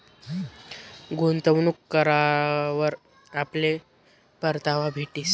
गुंतवणूक करावर आपले परतावा भेटीस